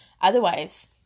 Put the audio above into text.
otherwise